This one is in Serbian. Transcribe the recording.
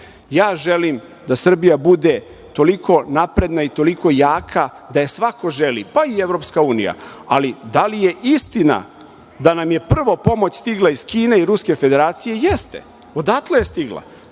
Ja želim da Srbija bude toliko napredna i toliko jaka da je svako želi, pa i EU.Da li je istina da nam je prvo pomoć stigla iz Kine i Ruske Federacije? Jeste. Odakle je stigla?